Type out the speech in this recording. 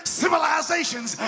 civilizations